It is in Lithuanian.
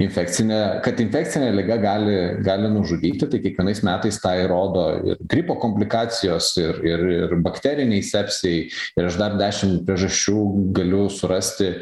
infekcinė kad infekcinė liga gali gali nužudyti tai kiekvienais metais tą įrodo gripo komplikacijos ir ir ir bakteriniai sepsiai ir aš dar dešim priežasčių galiu surasti